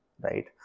right